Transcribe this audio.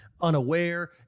unaware